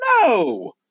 No